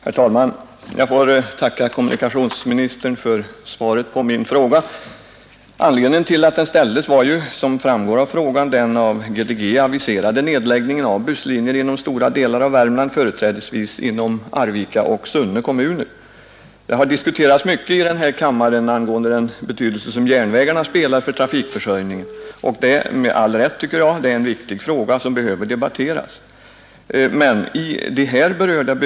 Herr talman! Jag får tacka kommunikationsministern för svaret på min fråga. Anledningen till att den ställdes var ju, som framgår av frågan, den av GDG aviserade nedläggningen av busslinjer inom stora delar av Nr 137 Värmland, företrädesvis inom er och SUARS kommuner. : Torsdagen den Det har diskuterats mycket i den här kammaren angående den 2 december 1971 betydelse som järnvägarna har för trafikförsörjningen, och ddt med ll ——— rätt — det är en viktig fråga som behöver debatteras. I de här berörda Ang.